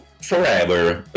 forever